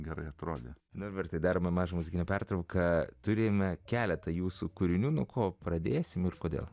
gerai atrodo nuvertė darbą mašinos gale pertrauką turime keletą jūsų kūrinių nuo ko pradėsime ir kodėl